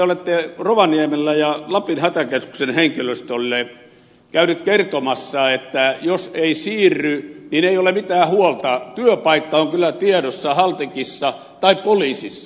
te olette rovaniemellä ja lapin hätäkeskuksen henkilöstölle käynyt kertomassa että jos ei siirry niin ei ole mitään huolta työpaikka on kyllä tiedossa haltikissa tai poliisissa